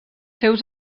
seus